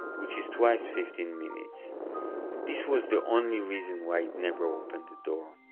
which is twice fifteen minutes this was the only reason why he'd never open the door